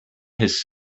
his